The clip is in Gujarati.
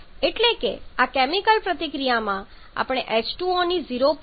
131 એટલે કે આ કેમિકલ પ્રતિક્રિયામાં આપણે H2O ની 0